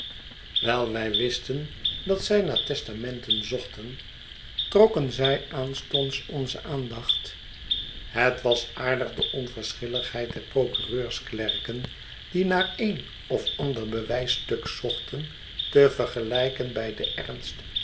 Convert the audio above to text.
wij wisten dat zij naar testamenten zochten trokken zij aanstonds onze aandacht het was aardig de onverschilligheid der procureursklerken die naar een of ander bewijsstuk zochten te vergelijken bij den ernst